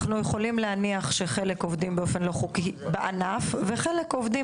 אנחנו יכולים להניח שחלק עובדים באופן לא חוקי בענף וחלק עובדים